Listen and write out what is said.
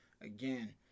Again